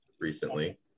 recently